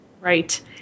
Right